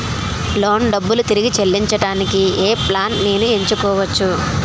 Loan డబ్బులు తిరిగి చెల్లించటానికి ఏ ప్లాన్ నేను ఎంచుకోవచ్చు?